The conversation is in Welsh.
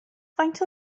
faint